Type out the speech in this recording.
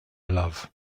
love